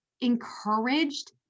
encouraged